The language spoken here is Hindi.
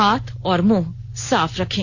हाथ और मुंह साफ रखें